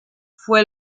fue